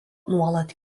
nuolat